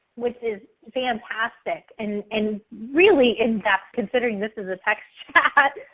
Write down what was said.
which is fantastic and and really in depth, considering this is a text chat.